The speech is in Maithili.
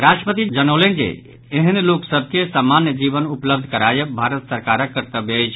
राष्ट्रपति जनौलनि जे एहेन लोक सभ के सामान्य जीवन उपलब्ध करायब भारत सरकारक कर्तव्य अछि